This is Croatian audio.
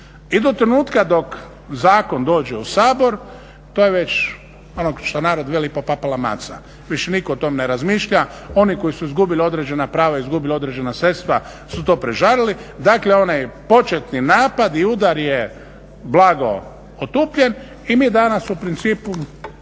I do trenutka dok zakon dođe u Sabor, to je već, ono što narod veli popapala maca. Više nitko o tom ne razmišlja. Oni koji su izgubili određena prava, izgubili određena sredstva su to prežalili. Dakle, onaj početni napad i udar je blago otupljen i mi danas u principu